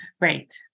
Right